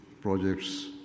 projects